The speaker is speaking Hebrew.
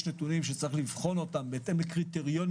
יש נתונים שצריך לבחון אותם בהתאם לקריטריונים